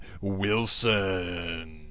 Wilson